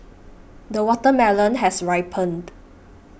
the watermelon has ripened